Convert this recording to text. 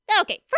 Okay